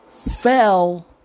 fell